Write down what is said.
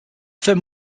film